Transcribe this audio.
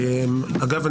אגב,